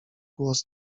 głos